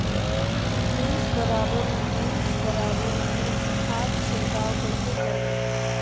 उन्नीस बराबर उन्नीस बराबर उन्नीस खाद छिड़काव कइसे करबो?